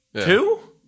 Two